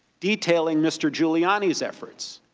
detailing mr. giuliani's efforts.